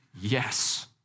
yes